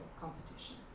competition